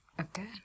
Okay